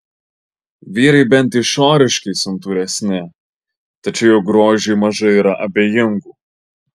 vyrai bent išoriškai santūresni tačiau juk grožiui mažai yra abejingų